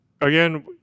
again